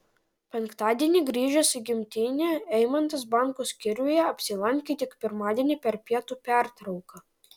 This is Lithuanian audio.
penktadienį grįžęs į gimtinę eimantas banko skyriuje apsilankė tik pirmadienį per pietų pertrauką